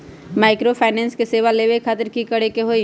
Microfinance के सेवा लेबे खातीर की करे के होई?